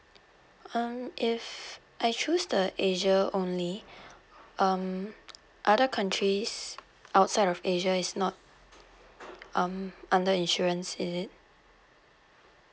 um if I choose the asia only um other countries outside of asia is not um under insurance in it